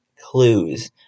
clues